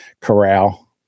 corral